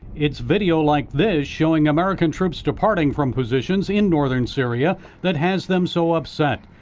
it's video like this showing american troops departing from positions in northern syria that has them so upset.